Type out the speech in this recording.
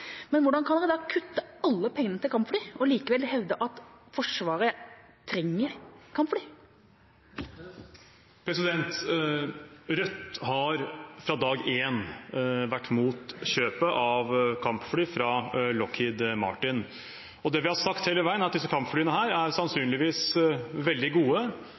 Men hvordan kan de kutte alle pengene til kampfly og likevel hevde at Forsvaret trenger kampfly? Rødt har fra dag én vært imot kjøpet av kampfly fra Lockheed Martin. Det vi har sagt hele veien, er at disse kampflyene sannsynligvis er veldig gode